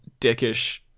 dickish